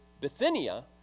Bithynia